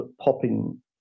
popping